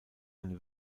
eine